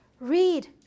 Read